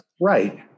Right